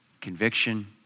conviction